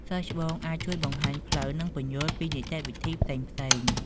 សិស្សច្បងអាចជួយបង្ហាញផ្លូវ និងពន្យល់ពីនីតិវិធីផ្សេងៗ។